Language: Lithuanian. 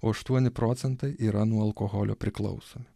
o aštuoni procentai yra nuo alkoholio priklausomi